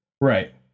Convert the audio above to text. Right